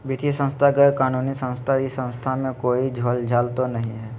वित्तीय संस्था गैर कानूनी संस्था है इस संस्था में कोई झोलझाल तो नहीं है?